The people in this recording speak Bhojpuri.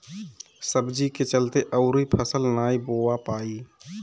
सब्जी के चलते अउर फसल नाइ बोवा पाई